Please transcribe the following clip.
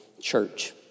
church